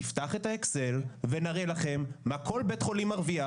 נפתח את האקסל ונראה לכם מה כל בית חולים מרוויח.